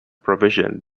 provision